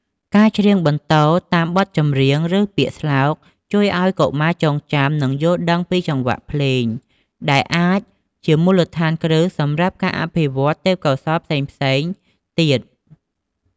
ការច្រៀងបន្ទរតាមបទចម្រៀង ឬពាក្យស្លោក ជួយឱ្យកុមារចងចាំ និងយល់ដឹងពីចង្វាក់ភ្លេង ដែលអាចជាមូលដ្ឋានគ្រឹះសម្រាប់ការអភិវឌ្ឍទេពកោសល្យផ្សេងៗទៀត។